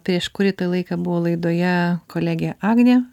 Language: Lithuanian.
prieš kurį tai laiką buvo laidoje kolegė agnė